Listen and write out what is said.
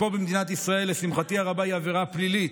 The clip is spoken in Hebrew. שלשמחתי הרבה, פה במדינת ישראל היא עבירה פלילית,